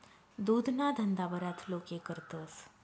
दुधना धंदा बराच लोके करतस